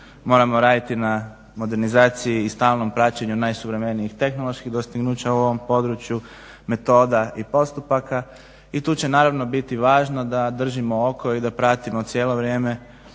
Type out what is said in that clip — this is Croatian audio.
moramo raditi na modernizaciji i stalnom praćenju najsuvremenijih tehnoloških dostignuća u ovom području, metoda i postupaka. I tu će naravno biti važno da držimo oko i da pratimo cijelo vrijeme